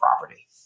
property